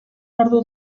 ordu